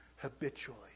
habitually